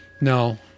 No